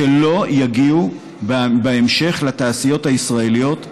שלא יגיעו בהמשך לתעשיות הישראליות,